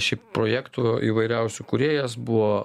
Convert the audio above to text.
šiaip projektų įvairiausių kūrėjas buvo